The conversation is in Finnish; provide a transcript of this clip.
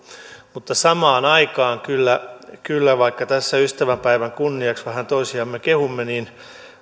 mutta samaan aikaan kyllä kyllä vaikka tässä ystävänpäivän kunniaksi vähän toisiamme kehumme